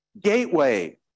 gateway